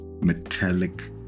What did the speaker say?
metallic